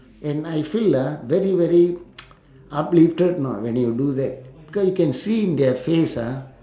and I feel ah very very uplifted know when you do that because you can see in their face ah